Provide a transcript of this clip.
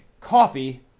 coffee